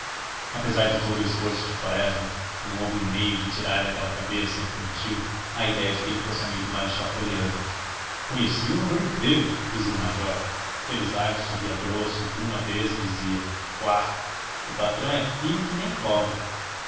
apesar de todo o esforço de quaresma não houve meio de tirar daquela cabeça infantil a idéia de que ele fosse amigo do marechal floriano conheci-o no meu emprego dizia o major felizardo sorria grosso e por uma vez dizia quá o patrão é fino que nem cobra